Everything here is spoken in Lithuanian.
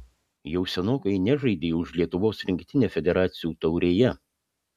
jau senokai nežaidei už lietuvos rinktinę federacijų taurėje